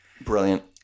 Brilliant